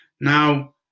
Now